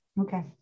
Okay